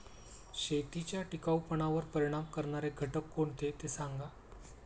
शेतीच्या टिकाऊपणावर परिणाम करणारे घटक कोणते ते सांगा